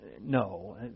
no